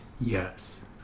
yes